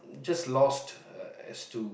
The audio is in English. just lost